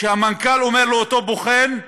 שהמנכ"ל אומר לאותו בוחן,